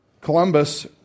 Columbus